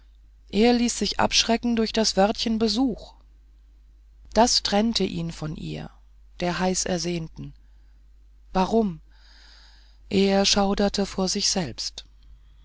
er ließ sich abschrecken durch das wörtchen besuch das trennte ihn von ihr der heißersehnten warum er schauderte vor sich selbst